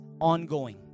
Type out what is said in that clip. ongoing